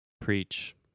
Preach